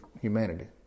humanity